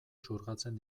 xurgatzen